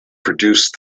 produced